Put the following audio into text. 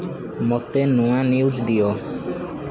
ମୋତେ ନୂଆ ନ୍ୟୁଜ୍ ଦିଅ